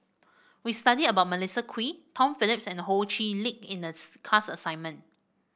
we studied about Melissa Kwee Tom Phillips and Ho Chee Lick in the class assignment